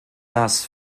das